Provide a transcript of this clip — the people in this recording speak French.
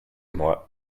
moi